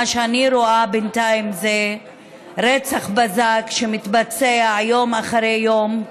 מה שאני רואה בינתיים זה רצח בזק שמתבצע יום אחרי יום.